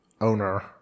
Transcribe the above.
owner